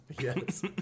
Yes